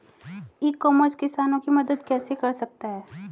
ई commerce किसानों की मदद कैसे कर सकता है?